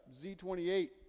Z28